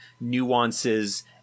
nuances